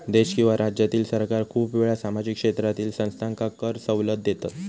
देश किंवा राज्यातील सरकार खूप वेळा सामाजिक क्षेत्रातील संस्थांका कर सवलत देतत